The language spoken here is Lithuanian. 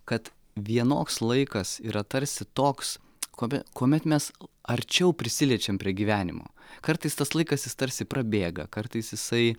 kad vienoks laikas yra tarsi toks kobe kuomet mes arčiau prisiliečiam prie gyvenimo kartais tas laikas jis tarsi prabėga kartais jisai